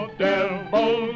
devil